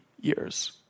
years